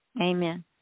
Amen